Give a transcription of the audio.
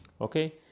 Okay